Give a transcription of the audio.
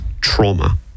trauma